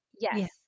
yes